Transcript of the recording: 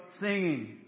singing